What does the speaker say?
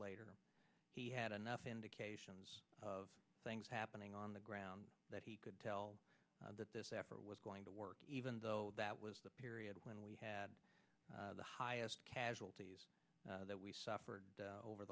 later he had enough indications of things happening on the ground that he could tell that this effort was going to work even though that was the period when we had the highest casualties that we suffered over